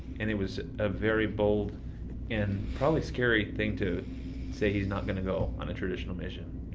and it was a very bold and probably scary thing to say he's not going to go on a traditional mission